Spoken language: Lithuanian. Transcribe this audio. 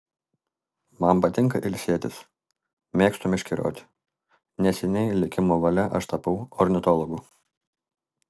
man patinka ilsėtis mėgstu meškerioti neseniai likimo valia aš tapau ornitologu